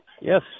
Yes